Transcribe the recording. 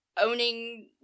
owning